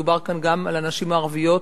דובר כאן גם על הנשים הערביות,